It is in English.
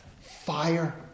fire